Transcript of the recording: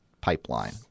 pipeline